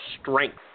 strength